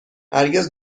هرگز